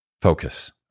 focus